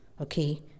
okay